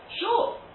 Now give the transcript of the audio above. sure